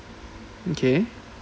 okay